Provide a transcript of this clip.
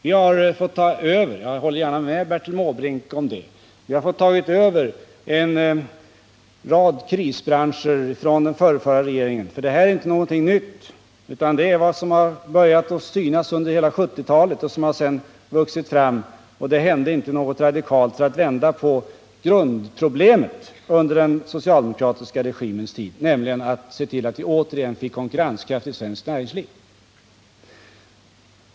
Vi har fått ta över —- jag håller gärna med Bertil Måbrink om det — en rad krisbranscher från den förrförra regeringen; det här är inte någonting nytt, utan det har vuxit fram under hela 1970-talet och börjat synas mer och mer. Det gjordes inget radikalt för att lösa grundproblemet — att åter få konkurrenskraft i svenskt näringsliv — under den socialdemokratiska regimens tid.